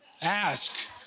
Ask